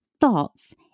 thoughts